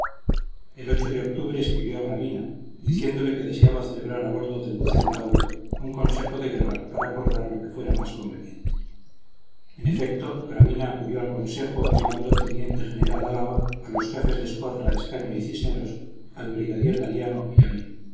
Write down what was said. el de octubre escribió a gravina diciéndole que deseaba celebrar a bordo del bucentauro un consejo de guerra para acordar lo que fuera más conveniente en efecto gravina acudió al consejo llevando al teniente general álava a los jefes de escuadra escaño y cisneros al brigadier galiano y a mí